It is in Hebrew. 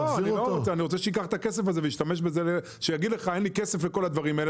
אני רוצה שכשהוא יגיד לך: "אין לי כסף לכל הדברים האלה",